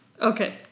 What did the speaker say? Okay